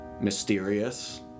mysterious